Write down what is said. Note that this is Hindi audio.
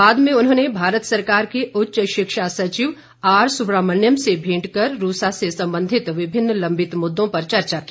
बाद में उन्होंने भारत सरकार के उच्च शिक्षा सचिव आर सुब्रहमण्यम से भेंट कर रूसा से संबंधित विभिन्न लम्बित मुद्दों पर चर्चा की